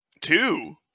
Two